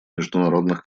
международных